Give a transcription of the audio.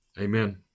Amen